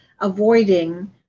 avoiding